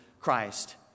Christ